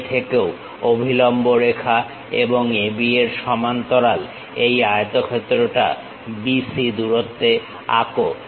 A থেকেও অভিলম্ব রেখা এবং AB এর সমান্তরাল এই আয়তক্ষেত্রটা BC দূরত্বে আঁকো